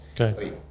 Okay